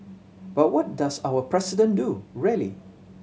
but what does our President do really